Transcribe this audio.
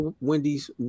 Wendy's